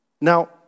Now